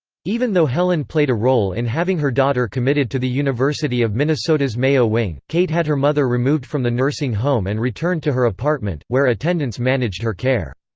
even though helen played a role in having her daughter committed to the university of minnesota's mayo wing, kate had her mother removed from the nursing home and returned to her apartment, where attendants managed her care.